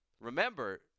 Remember